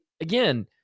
again